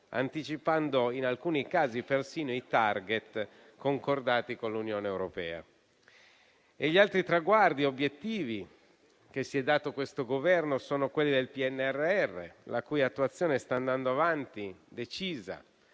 anticipando, in alcuni casi, persino i *target* concordati con l'Unione europea. Gli altri traguardi e obiettivi che si è dato questo Governo sono quelli del PNRR, la cui attuazione sta andando avanti decisa